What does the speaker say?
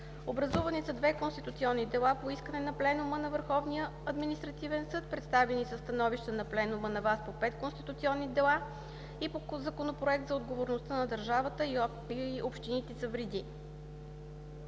Образувани са две конституционни дела по искане на пленума на Върховния административен съд, представени са становища на пленума на ВАС по пет конституционни дела и по Законопроект за отговорността на държавата и общините за вреди.